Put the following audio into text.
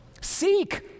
Seek